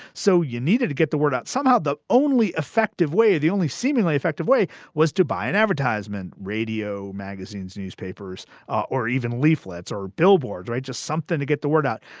so you needed to get the word out somehow. the only effective way the only seemingly effective way was dubai, an advertisment, radio, magazines, newspapers or even leaflets or billboards or just something to get the word out.